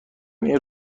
این